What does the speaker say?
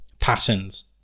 patterns